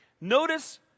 notice